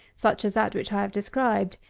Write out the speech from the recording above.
such as that which i have described,